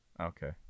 okay